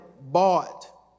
bought